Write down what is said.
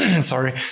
sorry